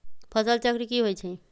फसल चक्र की होई छै?